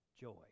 joy